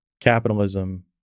capitalism